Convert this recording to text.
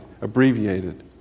abbreviated